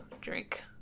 drink